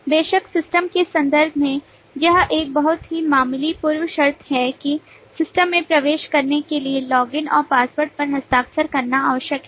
बेशक सिस्टम के संदर्भ में यह एक बहुत ही मामूली पूर्व शर्त है कि सिस्टम में प्रवेश करने के लिए लॉगिन और पासवर्ड पर हस्ताक्षर करना आवश्यक है